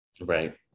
Right